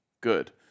good